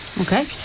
Okay